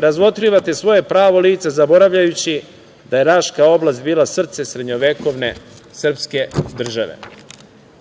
razotkrivate svoje pravo lice, zaboravljajući da je Raška oblast bila srce srednjovekovne srpske države.